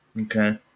okay